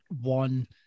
one